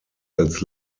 als